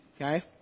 Okay